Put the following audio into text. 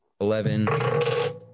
eleven